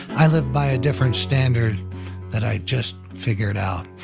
i live by a different standard that i just figured out.